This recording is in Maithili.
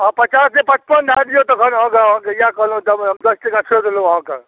हँ पचासके पचपन दऽ दिऔ तखन अहाँके इएह कहलौँ तब दस टका छोड़ि देलौँ अहाँके